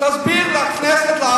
תסביר לכנסת,